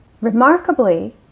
Remarkably